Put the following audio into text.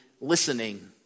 listening